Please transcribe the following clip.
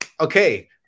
Okay